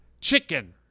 chicken